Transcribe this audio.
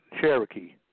Cherokee